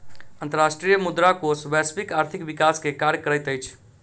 अंतर्राष्ट्रीय मुद्रा कोष वैश्विक आर्थिक विकास के कार्य करैत अछि